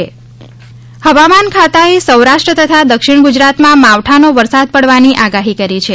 હવા માન હવામાન ખાતાએ સૌરાષ્ટ્ર તથા દક્ષિણ ગુજરાતમાં માવઠાનો વરસાદ પડવાની આગાહી કરી છે